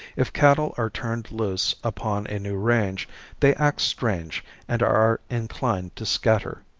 if cattle are turned loose upon a new range they act strange and are inclined to scatter.